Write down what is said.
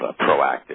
proactive